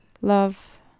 love